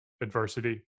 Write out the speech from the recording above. adversity